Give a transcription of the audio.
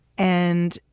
and,